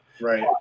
Right